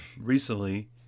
Recently